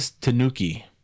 tanuki